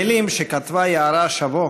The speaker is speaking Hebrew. המילים שכתבה יערה שבו